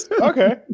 Okay